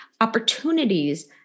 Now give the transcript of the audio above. opportunities